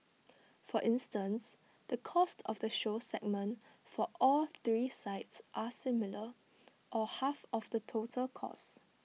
for instance the cost of the show segment for all three sites are similar or half of the total costs